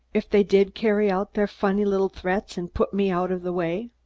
if they did carry out their funny little threats and put me out of the way?